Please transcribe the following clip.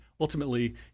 ultimately